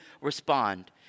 respond